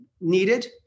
needed